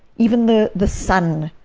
even the the sun,